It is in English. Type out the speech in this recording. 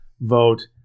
vote